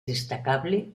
destacable